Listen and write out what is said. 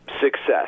success